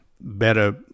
better